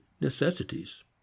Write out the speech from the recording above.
necessities